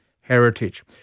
heritage